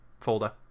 folder